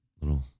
little